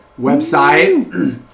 website